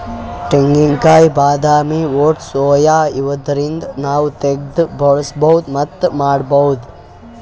ತೆಂಗಿನಕಾಯಿ ಬಾದಾಮಿ oats soya ಇವ್ದರಿಂದ್ ನಾವ್ ತಗ್ದ್ ಬಳಸ್ಬಹುದ್ ಮತ್ತ್ ಮಾರ್ಬಹುದ್